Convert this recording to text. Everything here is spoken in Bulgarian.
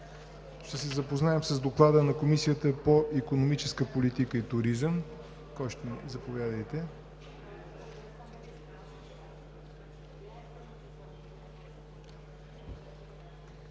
Ще се запознаем с Доклада на Комисията по икономическа политика и туризъм. Заповядайте.